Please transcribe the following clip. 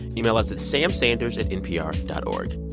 email us at samsanders at npr dot o r g.